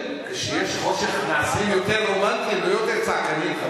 כשיש חושך נעשים יותר רומנטיים, לא יותר צעקנים.